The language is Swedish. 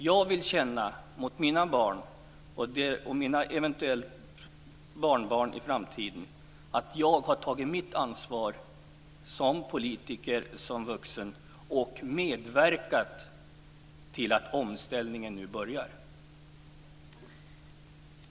Jag vill känna gentemot mina barn och mina eventuella barnbarn i framtiden att jag har tagit mitt ansvar som politiker och som vuxen och medverkat till att omställningen nu börjar.